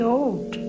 old